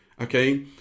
Okay